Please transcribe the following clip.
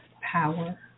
power